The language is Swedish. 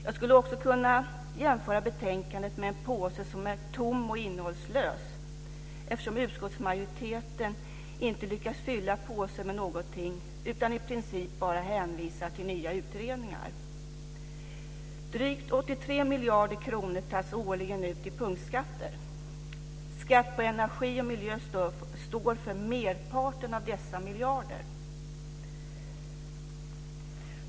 Jag skulle också kunna jämföra betänkandet med en påse som är tom och innehållslös. Utskottsmajoriteten lyckas inte fylla påsen med någonting utan hänvisar i princip bara till nya utredningar. Drygt 83 miljarder kronor tas årligen ut i punktskatter. Skatt på energi och miljö står för merparten av dessa miljarder.